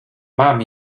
mam